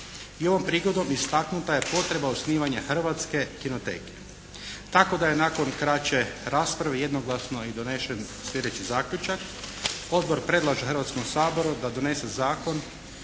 I ovom prigodom istaknuta je potreba osnivanja Hrvatske kinoteke. Tako da je nakon kraće rasprave jednoglasno i donesen sljedeći zaključak. Odbor predlaže Hrvatskom saboru da donese Zakon